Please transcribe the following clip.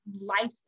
lifestyle